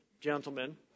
gentlemen